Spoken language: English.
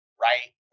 right